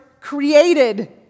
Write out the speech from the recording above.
created